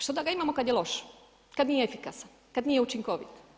Što da ga imamo kada je loš, kada nije efikasan, kada nije učinkovit.